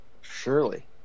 Surely